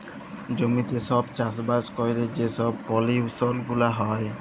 জমিতে ছব চাষবাস ক্যইরে যে ছব পলিউশল গুলা হ্যয়